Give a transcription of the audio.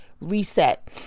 reset